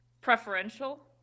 preferential